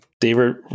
David